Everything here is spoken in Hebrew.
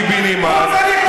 אני מחבל?